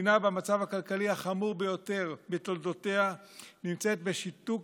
מדינה במצב הכלכלי החמור ביותר בתולדותיה נמצאת בשיתוק